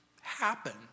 happen